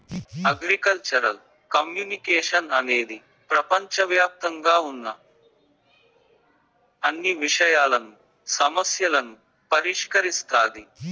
agricultural communication అనేది ప్రపంచవ్యాప్తంగా ఉన్న అన్ని విషయాలను, సమస్యలను పరిష్కరిస్తాది